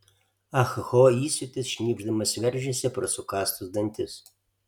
ah ho įsiūtis šnypšdamas veržėsi pro sukąstus dantis